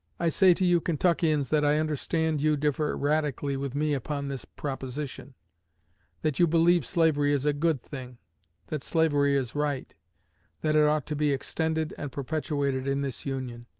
i say to you kentuckians, that i understand you differ radically with me upon this proposition that you believe slavery is a good thing that slavery is right that it ought to be extended and perpetuated in this union.